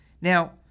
Now